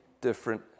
different